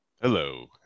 Hello